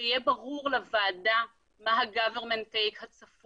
שיהיה ברור לוועדה מה ה- government takeהצפוי.